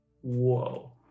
Whoa